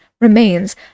remains